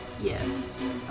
Yes